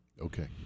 Okay